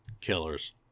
Killers